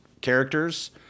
characters